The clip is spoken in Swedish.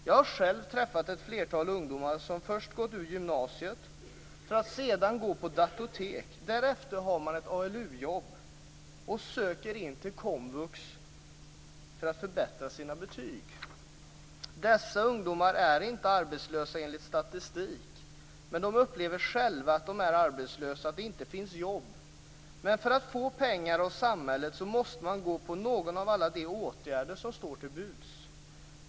Jag har själv träffat ett flertal ungdomar som först gått ut gymnasiet för att sedan gå på datortek, därefter har de ett ALU-jobb och söker in till komvux för att förbättra sina betyg. Dessa ungdomar är inte arbetslösa enligt statistik men de upplever själva att de är arbetslösa och att det inte finns jobb. Men för att få pengar av samhället så måste de gå på någon av alla de åtgärder som står till buds.